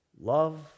Love